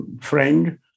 friend